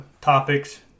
topics